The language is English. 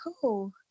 cool